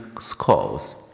scores